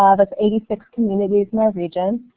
ah that's eighty six communities in our region.